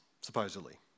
supposedly